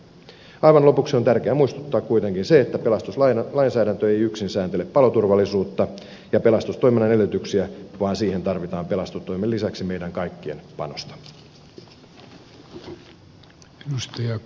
aivan lopuksi on tärkeä muistuttaa kuitenkin siitä että pelastuslainsäädäntö ei yksin sääntele paloturvallisuutta ja pelastustoiminnan edellytyksiä vaan siihen tarvitaan pelastustoimen lisäksi meidän kaikkien panosta